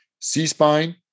C-spine